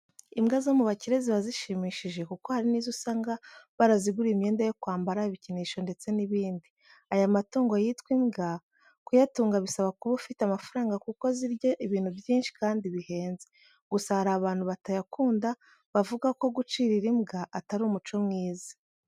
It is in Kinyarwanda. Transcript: Imbwa zo mu bakire ziba zishimishije kuko hari n'izo usanga baraziguriye imyenda yo kwambara, ibikinisho ndetse n'ibindi. Aya matungo yitwa imbwa kayatunga bisaba kuba ufite amafaranga kuko zirya ibintu byinshi kandi bihenze. Gusa hari abantu batayakunda bavuga ko gucirira imbwa atari umuco mwiza.